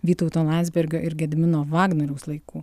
vytauto landsbergio ir gedimino vagnoriaus laikų